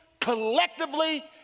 collectively